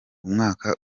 umwaka